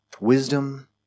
wisdom